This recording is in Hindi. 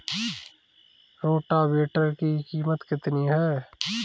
रोटावेटर की कीमत कितनी है?